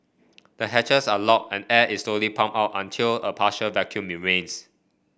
the hatches are locked and air is slowly pumped out until a partial vacuum remains